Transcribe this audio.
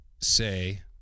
say